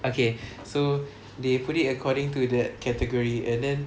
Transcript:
okay so they put it according to that category and then